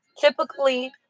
typically